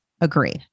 Agree